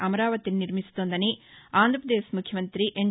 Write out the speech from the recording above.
అమరావతిని నిర్మిస్తోందని ఆంధ్రపదేశ్ ముఖ్యమంతి ఎన్